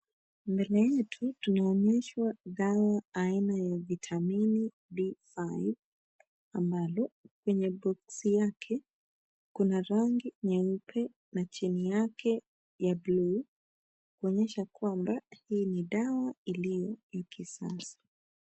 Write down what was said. Mbele yetu tunaonyeshwa dawa aina ya vitamini B5 ambalo kwenye boxi yake kuna rangi nyeupe na chini yake ya bluu kuonyesha kwamba hii ni dawa iliyo ya kisasa.